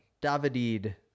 David